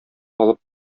алып